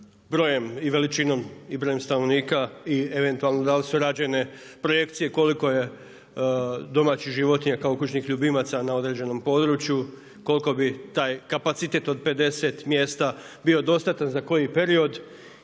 brojem i veličinom i brojem stanovnika i eventualno da li su rađene projekcije koliko je domaćih životinja kao kućnih ljubimaca na određenom području, koliko bi taj kapacitet od 50 mjesta bio dostatan za koji period